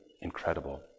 incredible